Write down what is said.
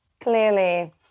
clearly